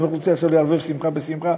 אני לא רוצה עכשיו לערבב שמחה בשמחה.